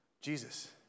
Jesus